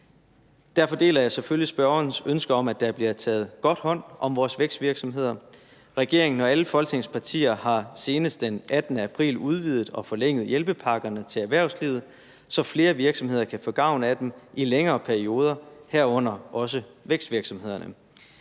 Derfor deler jeg selvfølgelig spørgerens ønske om, at der bliver taget godt hånd om vores vækstvirksomheder. Regeringen og alle Folketingets partier har senest den 18. april udvidet og forlænget hjælpepakkerne til erhvervslivet, så flere virksomheder kan få gavn af dem i længere perioder, herunder også vækstvirksomhederne.